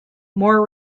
more